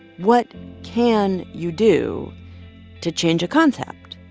what can you do to change a concept?